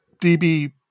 db